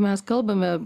mes kalbame